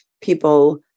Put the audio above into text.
people